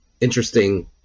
interesting